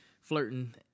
flirting